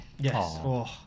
yes